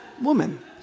Woman